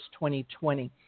2020